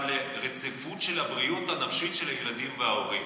אלא גם לרציפות של הבריאות הנפשית של הילדים וההורים.